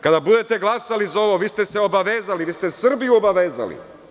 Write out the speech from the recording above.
Kada budete glasali za ovo, vi ste se obavezali, vi ste Srbiju obavezali.